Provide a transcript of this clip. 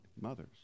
mothers